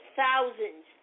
thousands